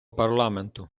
парламенту